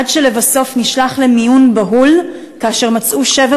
עד שלבסוף נשלח למיון באופן בהול ומצאו שבר